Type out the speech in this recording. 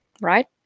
right